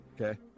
Okay